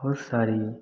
बहुत सारी